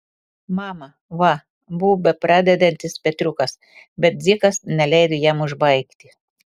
mama va buvo bepradedantis petriukas bet dzikas neleido jam užbaigti